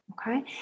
Okay